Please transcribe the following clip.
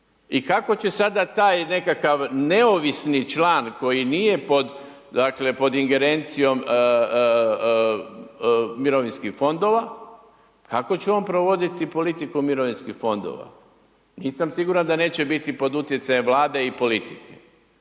i kako će sada taj nekakav neovisni član koji nije pod, dakle pod ingerencijom mirovinskih fondova, kako će on provoditi politiku mirovinskih fondova. Nisam siguran da neće biti pod utjecajem Vlade i politike.